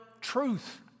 truth